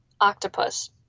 octopus